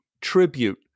tribute